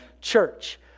church